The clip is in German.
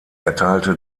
erteilte